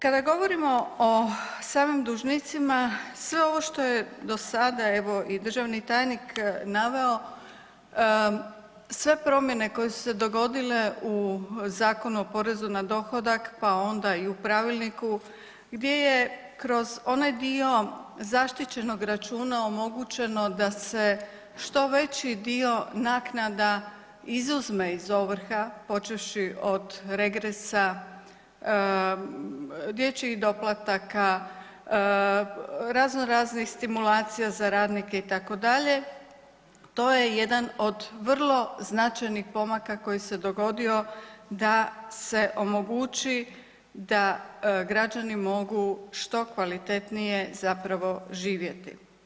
Kada govorimo o samim dužnicima, sve ovo što je do sada evo i državni tajnik naveo, sve promjene koje su se dogodile u Zakonu o porezu na dohodak pa onda i u pravilniku gdje je kroz onaj dio zaštićenog računa omogućeno da se što veći dio naknada izuzme iz ovrha, počevši od regresa, dječjih doplataka, raznoraznih stimulacija za radnike itd., to jedan od vrlo značajnih pomaka koji se dogodio da se omogući da građani mogu što kvalitetnije zapravo živjeti.